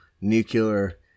nuclear